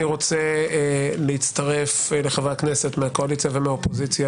אני רוצה להצטרף לחברי הכנסת מהקואליציה ומהאופוזיציה